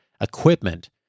equipment